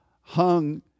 hung